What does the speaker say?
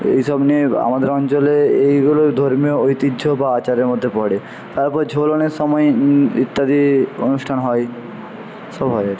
এই সব নিয়ে আমাদের অঞ্চলে এইগুলো ধর্মীয় ঐতিহ্য বা আচারের মধ্যে পড়ে তারপর ঝুলনের সময় ইত্যাদি অনুষ্ঠান হয় সব হয়